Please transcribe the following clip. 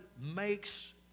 makes